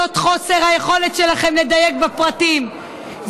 זה חוסר היכולת שלכם לדייק בפרטים,